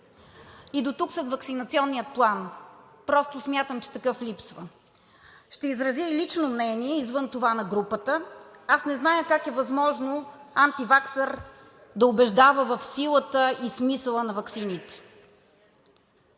И дотук с Ваксинационния план. Просто смятам, че такъв липсва. Ще изразя и лично мнение, извън това на групата. Аз не зная как е възможно антиваксър да убеждава в силата и смисъла на ваксините?!